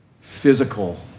physical